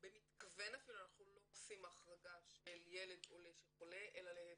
במתכוון אפילו אנחנו לא עושים החרגה של ילד עולה שחולה אלא להיפך,